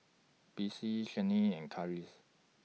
Besse Shannen and Karis